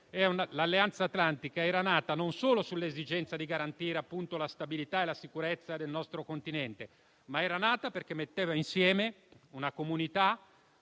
il Patto atlantico è nato non solo con l'esigenza di garantire la stabilità e la sicurezza del nostro Continente, ma anche per mettere insieme una comunità